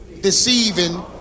deceiving